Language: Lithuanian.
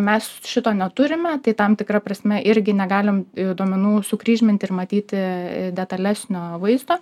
mes šito neturime tai tam tikra prasme irgi negalim duomenų sukryžminti ir matyti detalesnio vaizdo